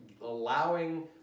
allowing